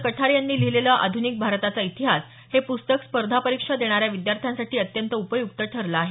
कठारे यांनी लिहिलेलं आध्निक भारताचा इतिहास हे पुस्तक स्पर्धा परीक्षा देणाऱ्या विद्यार्थ्यांसाठी अत्यंत उपयुक्त ठरलं आहे